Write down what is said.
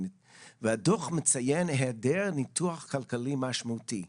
והדו"ח מציין היעדר ניתוח כלכלי משמעותי.